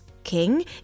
King